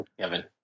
Kevin